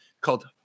called